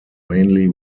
mainly